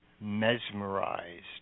mesmerized